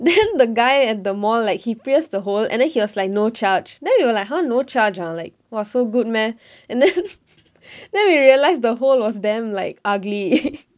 then the guy at the mall like he pierced the hole and then he was like no charge then we were like !huh! no charge ah like !wah! so good meh and then then we realised the hole was damn like ugly